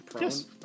Yes